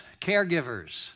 caregivers